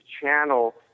channel